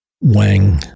Wang